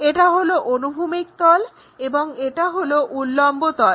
এটা হলো অনুভূমিক তল এবং এটা হলো উল্লম্ব তল